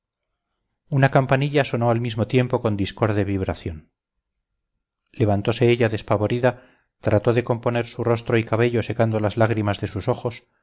una campanilla sonó al mismo tiempo con discorde vibración levantose ella despavorida trató de componer su rostro y cabello secando las lágrimas de sus ojos